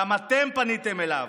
גם אתם פניתם אליו,